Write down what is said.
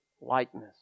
likeness